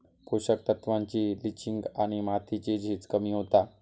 पोषक तत्त्वांची लिंचिंग आणि मातीची झीज कमी होता